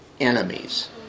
enemies